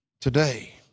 today